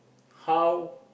how